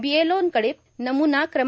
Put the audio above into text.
बीएलओंकडे नमुना क्र